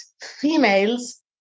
females